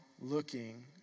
looking